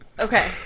Okay